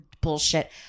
bullshit